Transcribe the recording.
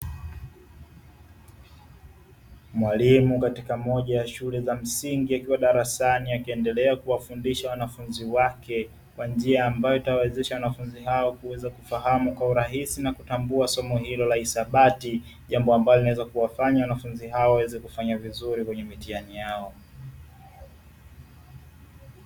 Mwalimu katika moja ya shule za msingi akiwa darasani akiendelea kuwafudisha wanafunzi wake kwa njia ambayo itawawezesha wanafunzi hao kuweza kufahamu kwa urahisi na kutambua somo hilo la hisabati. Jambo ambalo linallweza kuwafanya wanafunzi hao waweze kufanya vizuri kwenye mitihani yao.